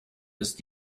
ist